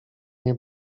nie